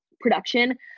production